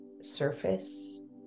surface